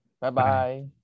bye-bye